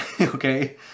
okay